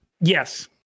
Yes